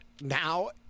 now